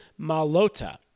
Malota